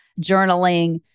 journaling